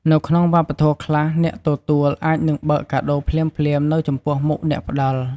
នៅក្នុងវប្បធម៌ខ្លះ អ្នកទទួលអាចនឹងបើកកាដូរភ្លាមៗនៅចំពោះមុខអ្នកផ្តល់។